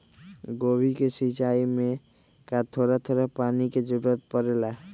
गोभी के सिचाई में का थोड़ा थोड़ा पानी के जरूरत परे ला?